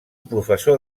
professor